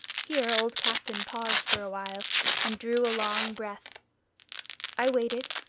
here old captain paused for awhile and drew a long breath i waited,